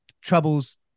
troubles